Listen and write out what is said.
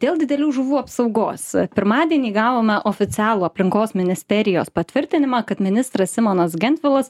dėl didelių žuvų apsaugos pirmadienį gavome oficialų aplinkos ministerijos patvirtinimą kad ministras simonas gentvilas